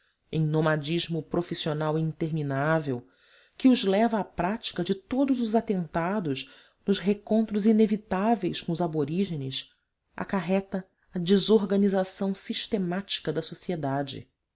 em nomadismo profissional interminável que os leva à prática de todos os atentados nos recontros inevitáveis com os aborígenes acarreta a desorganização sistemática da sociedade